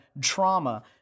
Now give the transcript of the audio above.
trauma